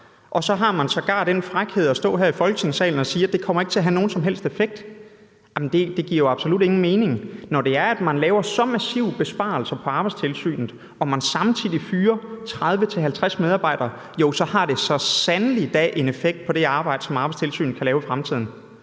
og så har man sågar den frækhed at stå her i Folketingssalen og sige, at det ikke kommer til at have nogen som helst effekt. Det giver jo absolut ingen mening. Når det er sådan, at man laver så massive besparelser på Arbejdstilsynet og man samtidig fyrer 30-50 medarbejdere, har det da så sandelig en effekt på det arbejde, som Arbejdstilsynet kan lave i fremtiden.